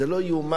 זה לא ייאמן.